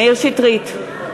(קוראת בשמות חברי הכנסת) מאיר שטרית,